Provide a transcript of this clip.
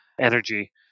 energy